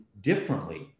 differently